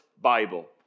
Bible